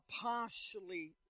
partially